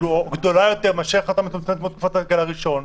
גדולה יותר מאשר חתונה מצומצמת כמו בתקופת הגל הראשון,